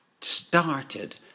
started